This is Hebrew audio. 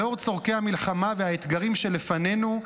לאור צורכי המלחמה והאתגרים שלפנינו,